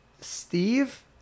Steve